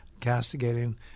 castigating